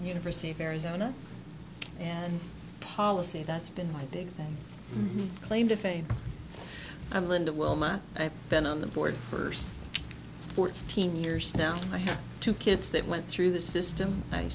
university of arizona and policy that's been my big claim to fame i'm linda wilma i've been on the board first fourteen years now i have two kids that went through the system i